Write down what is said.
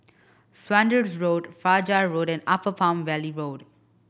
Saunders Road Fajar Road and Upper Palm Valley Road